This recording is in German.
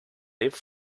lebt